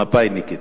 מפא"יניקית.